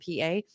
PA